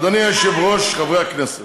אדוני היושב-ראש, חברי הכנסת,